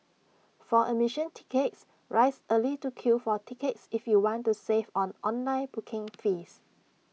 for admission tickets rise early to queue for tickets if you want to save on online booking fees